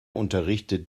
unterrichtet